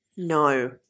No